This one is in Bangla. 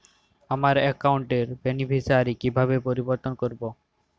আমার অ্যাকাউন্ট র বেনিফিসিয়ারি কিভাবে পরিবর্তন করবো?